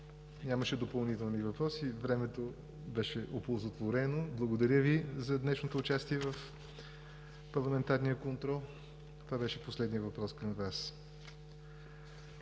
Нямаше допълнителни въпроси – времето беше оползотворено. Благодаря Ви за днешното участие в парламентарния контрол – това беше последният въпрос към Вас.